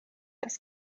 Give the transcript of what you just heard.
das